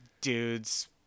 dudes